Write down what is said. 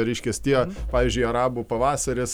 reiškias tie pavyzdžiui arabų pavasaris